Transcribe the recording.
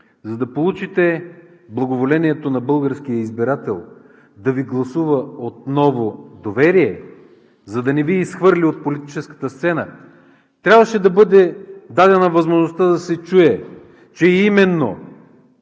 за да получите благоволението на българския избирател да Ви гласува отново доверие. За да не Ви изхвърли от политическата сцена, трябваше да бъде дадена възможността да се чуе, че именно